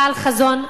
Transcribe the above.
בעל חזון,